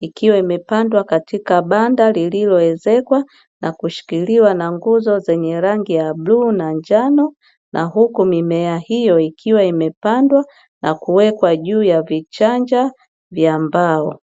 ikiwa imepandwa katika banda lililowezekwa na kushikiliwa na nguzo zenye rangi ya bluu na njano, na huku mimea hiyo ikiwa imepandwa na kuwekwa juu ya vichanja vya mbao.